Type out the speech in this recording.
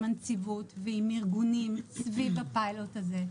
הנציבות ועם ארגונים סביב הפיילוט הזה.